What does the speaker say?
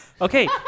Okay